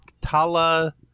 Tala